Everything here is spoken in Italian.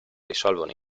risolvono